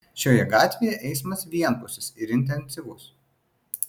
šioje gatvėje eismas vienpusis ir intensyvus